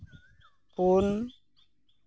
ᱯᱩᱱ